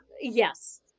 yes